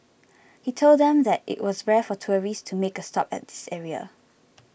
he told them that it was rare for tourists to make a stop at this area